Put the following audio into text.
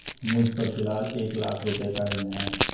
मुझपर फ़िलहाल एक लाख रुपये का ऋण है